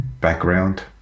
background